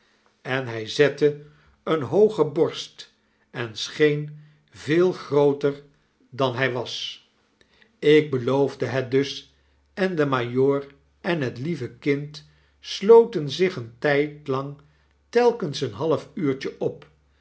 en hy zette eene hooge borst en scheen veel grooter dan hij was ik beloofde het dus en de majoor en het lieve kind sloten zich een tijdlang telkens een half uurtje op